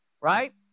right